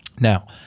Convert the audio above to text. Now